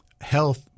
health